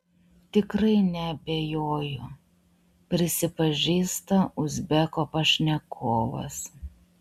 tikrai neabejoju prisipažįsta uzbeko pašnekovas